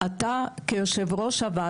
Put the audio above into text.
הנושא של חוק